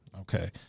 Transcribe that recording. Okay